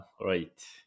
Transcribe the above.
right